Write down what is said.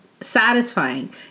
satisfying